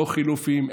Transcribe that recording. לא חילופים,